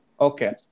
Okay